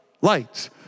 lights